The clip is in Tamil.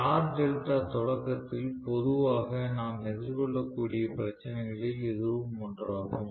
ஸ்டார் டெல்டா தொடக்கத்தில் பொதுவாக நாம் எதிர்கொள்ளக்கூடிய பிரச்சினைகளில் இதுவும் ஒன்றாகும்